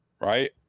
right